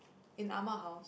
in Ah-Ma house